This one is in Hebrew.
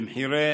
במחירי